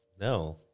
No